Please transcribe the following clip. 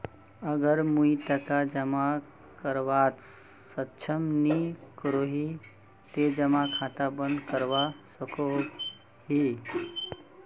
अगर मुई टका जमा करवात सक्षम नी करोही ते जमा खाता बंद करवा सकोहो ही?